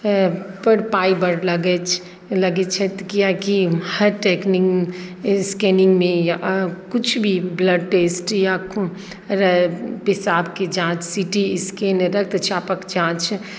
पर पाइ बड़ लागैत अछि लगैत छै लगैत छथि कियाकि हर टेकनिक स्कैनिंगमे या किछु भी ब्लड टेस्ट या खु पेशाबके जाँच सी टी स्कैन रक्तचापक जाँच